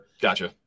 gotcha